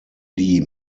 die